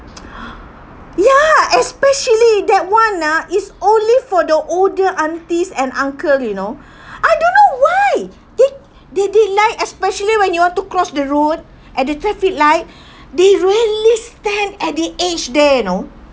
ya especially that one ah is only for the older aunties and uncles you know I don't why they they they like especially when you want to cross the road at the traffic light they really stand at the edge there you know